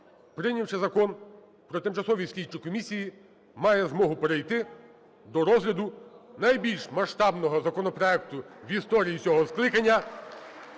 прийнявши Закон про тимчасові слідчі комісії, має змогу перейти до розгляду найбільш масштабного законопроекту в історії цього скликання